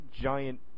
giant